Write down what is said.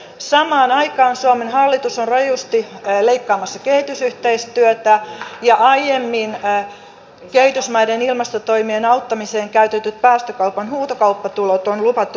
samaan aikaan suomen hallitus on rajusti leikkaamassa kehitysyhteistyötä ja aiemmin kehitysmaiden ilmastotoimien auttamiseen käytetyt päästökaupan huutokauppatulot on luvattu kotimaiselle teollisuudelle